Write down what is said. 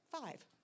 five